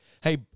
Hey